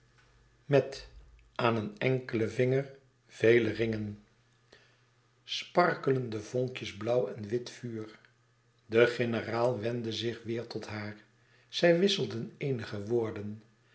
met aan een enkelen vinger vele ringen sparkelende vonkjes blauw en wit vuur de generaal wendde zich weêr tot haar zij wisselden eenige woorden